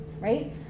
right